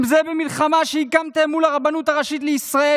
אם זה במלחמה שהקמתם מול הרבנות הראשית לישראל,